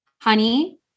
Honey